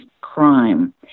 crime